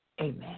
amen